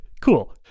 Cool